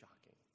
shocking